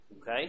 Okay